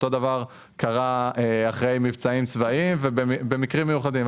אותו דבר קרה אחרי מבצעים צבאיים ובמקרים מיוחדים.